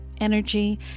energy